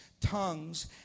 tongues